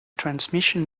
transmission